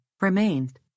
remained